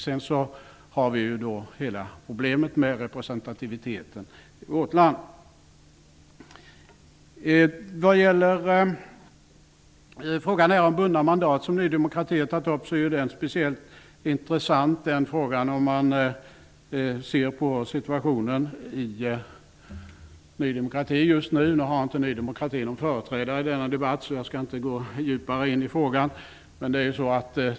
Sedan har vi hela problemet med representativiteten i vårt land. Frågan om bundna mandat, som Ny demokrati har tagit upp, är speciellt intressant om man ser på situationen i Ny demokrati just nu. Ny demokrati har inte någon företrädare i denna debatt, så jag skall inte gå djupare in i frågan.